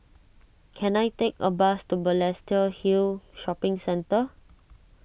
can I take a bus to Balestier Hill Shopping Centre